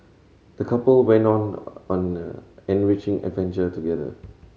the couple went on an enriching adventure together